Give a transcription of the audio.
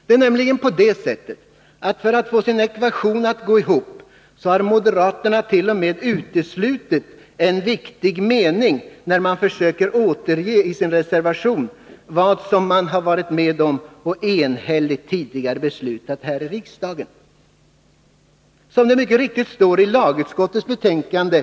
Det är nämligen på det sättet att moderaterna, för att få sin ekvation att gå ihop, t.o.m. har uteslutit en viktig mening, när de i sin reservation försöker återge vad vi här i riksdagen tidigare har varit med om att enhälligt besluta. Som det mycket riktigt står i lagutskottets betänkande på.